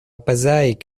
passaic